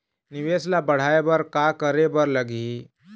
निवेश ला बढ़ाय बर का करे बर लगही?